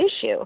issue